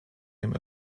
him